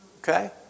Okay